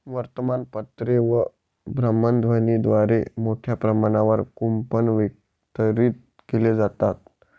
वर्तमानपत्रे व भ्रमणध्वनीद्वारे मोठ्या प्रमाणावर कूपन वितरित केले जातात